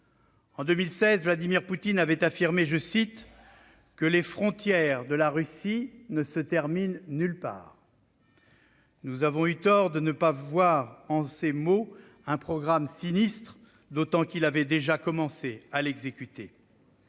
En 2016, Vladimir Poutine avait affirmé que « les frontières de la Russie ne se terminent nulle part ». Nous avons eu tort de ne pas voir en ces mots un programme sinistre, d'autant qu'il avait déjà commencé à l'exécuter.